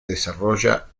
desarrolla